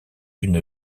une